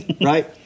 right